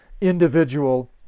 individual